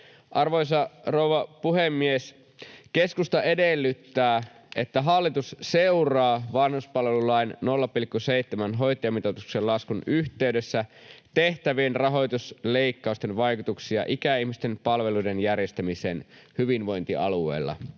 Arvoisa rouva puhemies! Keskusta edellyttää, että hallitus seuraa vanhuspalvelulain 0,7:n hoitajamitoituksen laskun yhteydessä tehtävien rahoitusleikkausten vaikutuksia ikäihmisten palveluiden järjestämiseen hyvinvointialueilla.